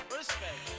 respect